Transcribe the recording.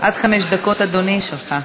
עד חמש דקות, אדוני, שלך.